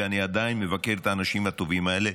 ואני עדיין מבקר את האנשים הטובים האלה,